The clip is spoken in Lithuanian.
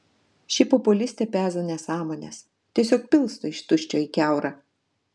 ši populistė peza nesąmones tiesiog pilsto iš tuščio į kiaurą